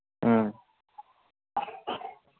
ꯎꯝ